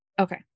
okay